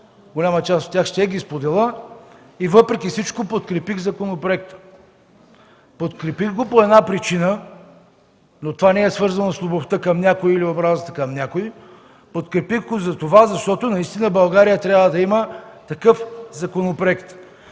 голяма част от които ще споделя, и въпреки всичко подкрепих законопроекта. Подкрепих го по една причина, но това не е свързано с любовта към някой или омразата към някой. Подкрепих го, защото България трябва да има такъв законопроект.